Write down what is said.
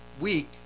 week